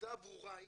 העובדה הברורה היא,